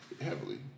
heavily